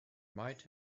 might